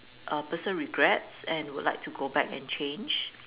ah person regrets and would like to go back and change